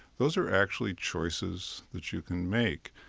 those are actually choices that you can make.